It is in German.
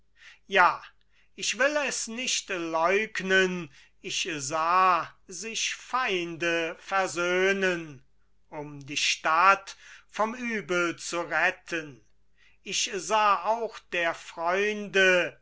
ja ich will es nicht leugnen ich sah sich feinde versöhnen um die stadt vom übel zu retten ich sah auch der freunde